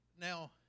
Now